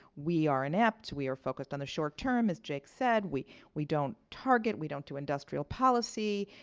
we are inept. we are focused on the short-term, as jake said. we we don't target. we don't to industrial policy.